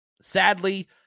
sadly